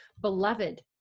beloved